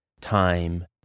time